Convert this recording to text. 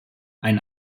ein